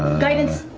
guidance!